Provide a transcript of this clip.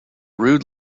rude